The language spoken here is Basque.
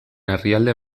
herrialde